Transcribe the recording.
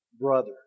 brother